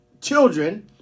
children